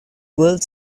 world